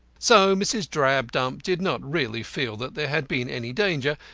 so mrs. drabdump did not really feel that there had been any danger,